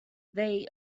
they